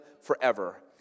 forever